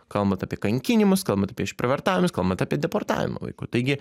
kalbant apie kankinimus kalbant apie išprievartavimus kalbant apie deportavimą vaikų taigi